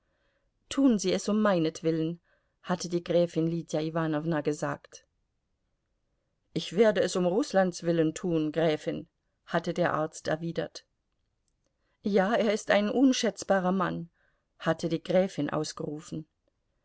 tun sie es um meinetwillen hatte die gräfin lydia iwanowna gesagt ich werde es um rußlands willen tun gräfin hatte der arzt erwidert ja er ist ein unschätzbarer mann hatte die gräfin ausgerufen